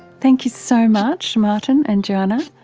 thank you so much martin and joanna,